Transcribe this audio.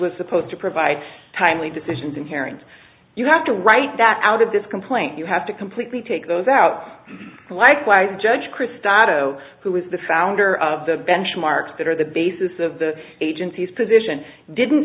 was supposed to provide timely decisions and parents you have to write that out of this complaint you have to completely take those out and likewise judge crist otto who was the founder of the benchmarks that are the basis of the agency's position didn't